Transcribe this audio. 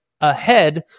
ahead